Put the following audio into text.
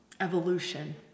evolution